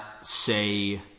say